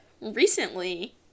recently